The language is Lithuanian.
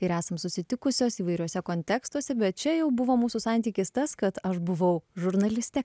ir esam susitikusios įvairiuose kontekstuose bet čia jau buvo mūsų santykis tas kad aš buvau žurnalistė